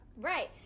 Right